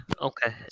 Okay